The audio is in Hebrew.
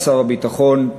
שר הביטחון,